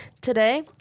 Today